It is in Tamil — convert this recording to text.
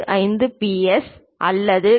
75 பிளஸ் அல்லது கழித்தல் 0